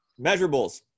measurables